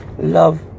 love